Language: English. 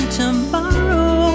tomorrow